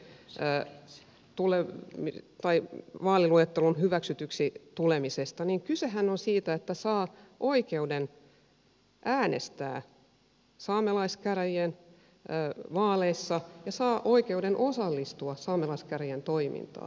se tulee lumi tai vaaliluetteloon hyväksytyksi tulemisesta niin kysehän on siitä että saa oikeuden äänestää saamelaiskäräjien vaaleissa ja saa oikeuden osallistua saamelaiskäräjien toimintaan